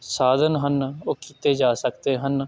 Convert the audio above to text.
ਸਾਧਨ ਹਨ ਉਹ ਕੀਤੇ ਜਾ ਸਕਦੇ ਹਨ